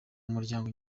muryango